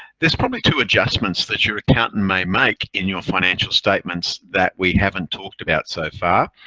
there's probably two adjustments that your accountant may make in your financial statements that we haven't talked about so far.